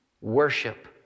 Worship